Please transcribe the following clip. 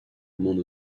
amende